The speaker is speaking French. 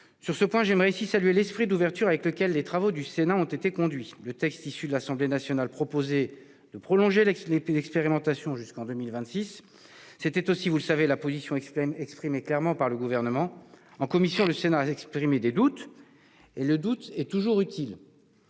Sur ce point, j'aimerais saluer ici l'esprit d'ouverture dans lequel les travaux du Sénat ont été conduits. Le texte issu des travaux de l'Assemblée nationale proposait de prolonger l'expérimentation jusqu'en 2026. C'était aussi, vous le savez, la position exprimée clairement par le Gouvernement. En commission, le Sénat a manifesté ses doutes- ceux-ci sont toujours utiles